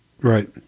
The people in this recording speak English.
right